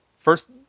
First